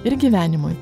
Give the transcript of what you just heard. ir gyvenimui